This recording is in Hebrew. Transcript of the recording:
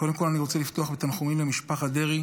קודם כול אני רוצה לפתוח בתנחומים למשפחות דרעי